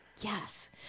Yes